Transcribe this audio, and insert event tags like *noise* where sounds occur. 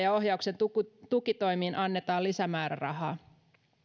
*unintelligible* ja ohjauksen tukitoimiin annetaan lisämäärärahaa